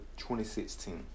2016